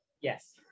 Yes